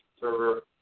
server